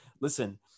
listen